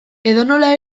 edonola